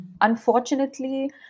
Unfortunately